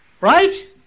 Right